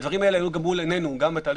הדברים האלה היו מול עינינו גם בהליך